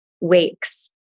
wakes